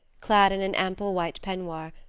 clad in an ample white peignoir,